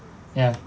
ya